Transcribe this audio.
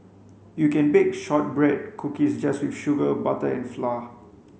you can bake shortbread cookies just with sugar butter and flour